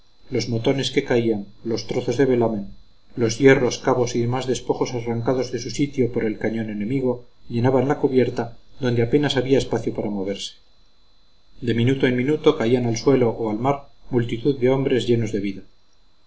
los motones que caían los trozos de velamen los hierros cabos y demás despojos arrancados de su sitio por el cañón enemigo llenaban la cubierta donde apenas había espacio para moverse de minuto en minuto caían al suelo o al mar multitud de hombres llenos de vida